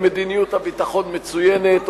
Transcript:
ומדיניות הביטחון מצוינת,